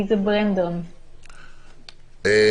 לא,